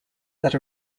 that